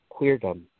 queerdom